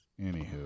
Anywho